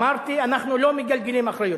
אמרתי, אנחנו לא מגלגלים אחריות.